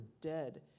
dead